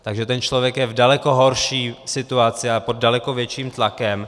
Takže ten člověk je v daleko horší situaci a pod daleko větším tlakem.